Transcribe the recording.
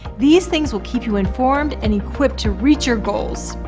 these things will keep you informed and equipped to reach your goals.